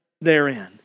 therein